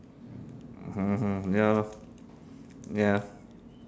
ya lor ya